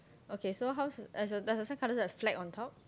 okay so how's does your does your sandcastle have flag on top